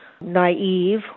naive